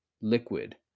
liquid